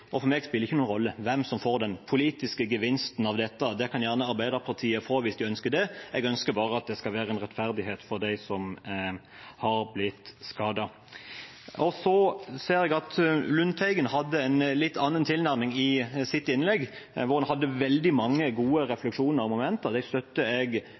Det kan gjerne Arbeiderpartiet få hvis de ønsker det. Jeg ønsker bare at det skal være en rettferdighet for dem som har blitt skadet. Så ser jeg at Lundteigen hadde en litt annen tilnærming i sitt innlegg, hvor han hadde veldig mange gode refleksjoner og momenter. De støtter jeg